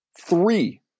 Three